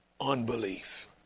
unbelief